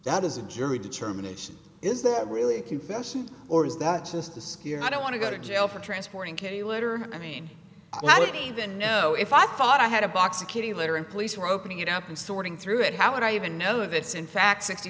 that is a jury determination is that really a confession or is that just a skier i don't want to go to jail for transporting can you later i mean i don't even know if i thought i had a box of kitty litter in police or opening it up and sorting through it how would i even know if it's in fact sixty